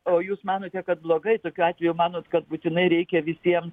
o jūs manote kad blogai tokiu atveju manot kad būtinai reikia visiems